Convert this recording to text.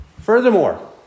Furthermore